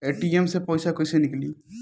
ATM से पैसा कैसे नीकली?